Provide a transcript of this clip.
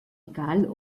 egal